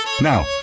Now